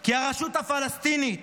כי הרשות הפלסטינית,